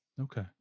Okay